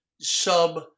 sub